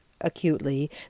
acutely